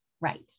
right